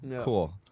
Cool